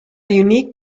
unique